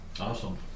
Awesome